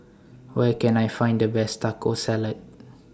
Where Can I Find The Best Taco Salad